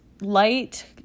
light